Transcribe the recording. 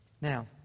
Now